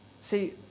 See